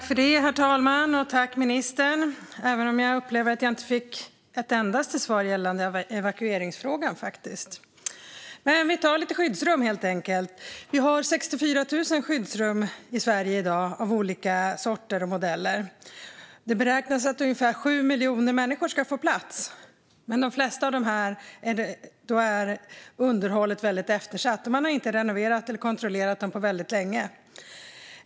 Herr talman! Jag tackar ministern för svaret, även om jag upplever att jag inte fick ett endaste svar gällande evakueringsfrågan. Men vi tar lite skyddsrum, helt enkelt! I dag har vi i Sverige 64 000 skyddsrum av olika sorter och modeller. Det beräknas att ungefär 7 miljoner människor ska få plats. Men när det gäller de flesta av dessa skyddsrum är underhållet väldigt eftersatt; man har inte renoverat eller kontrollerat dem på väldigt länge.